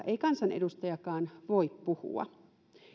ei kansanedustajakaan voi puhua